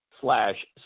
slash